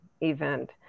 event